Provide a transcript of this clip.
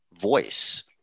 voice